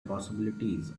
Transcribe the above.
possibilities